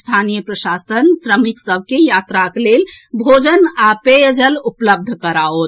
स्थानीय प्रशासन मजदूर सभ के यात्राक लेल भोजन आ पेयजल उपलब्ध कराओत